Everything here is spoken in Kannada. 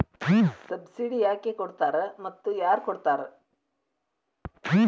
ಸಬ್ಸಿಡಿ ಯಾಕೆ ಕೊಡ್ತಾರ ಮತ್ತು ಯಾರ್ ಕೊಡ್ತಾರ್?